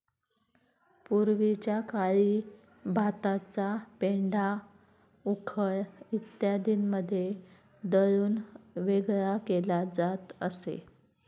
पूर्वीच्या काळी भाताचा पेंढा उखळ इत्यादींमध्ये दळून वेगळा केला जात असे